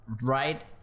right